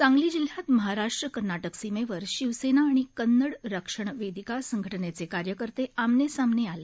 सांगली जिल्ह्यात महाराष्ट्र कर्नाटक सीमेवर शिवसेना आणि कन्नड रक्षण वेदिका संघटनेचे कार्यकर्ते आमने सामने आले